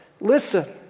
listen